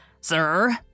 Sir